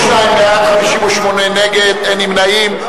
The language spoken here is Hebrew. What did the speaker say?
32 בעד, 58 נגד, אין נמנעים.